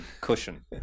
cushion